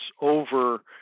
over